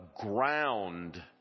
ground